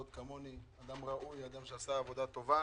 אדם ראוי, אדם שעשה עבודה טובה,